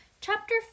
Chapter